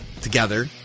Together